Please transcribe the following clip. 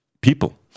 people